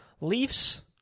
leafs